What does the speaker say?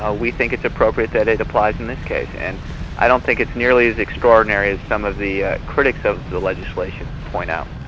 ah we think it's appropriate that it applies in this case, and i don't think it's nearly as extraordinary as some of the critics of the legislation point out.